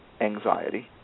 anxiety